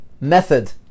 method